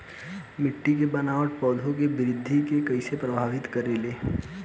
मिट्टी के बनावट पौधन के वृद्धि के कइसे प्रभावित करे ले?